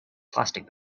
plastic